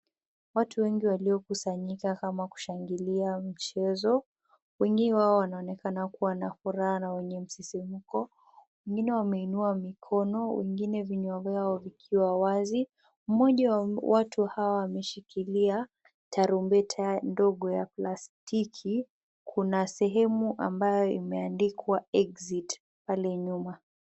Watu wengi waliokusanyika kama kushangilia mchezo. Wengine wao wanaonekana kuwa na furaha na wenye msisimuko. Wengine wameinua mikono, wengine vinywa vyao vikiwa wazi. Mmoja wa watu hawa ameshikilia tarumbeta ndogo ya plastiki. Kuna sehemu ambayo imeandikwa Exit pale nyuma.